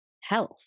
health